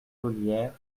ollières